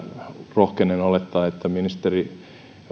rohkenen olettaa että ministeri